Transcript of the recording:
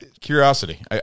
Curiosity